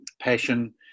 passion